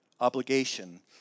obligation